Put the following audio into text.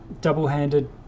double-handed